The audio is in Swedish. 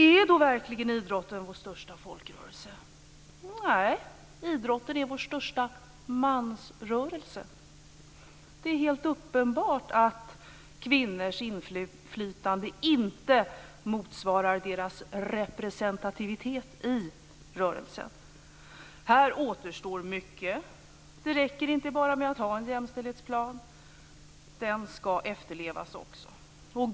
Är då verkligen idrotten vår största folkrörelse? Nej, idrotten är vår största mansrörelse. Det är helt uppenbart att kvinnors inflytande inte motsvarar deras representativitet i rörelsen. Här återstår mycket att göra. Det räcker inte bara med att ha en jämställdhetsplan. Den ska efterlevas också.